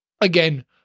again